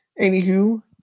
Anywho